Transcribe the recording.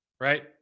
right